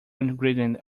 ingredient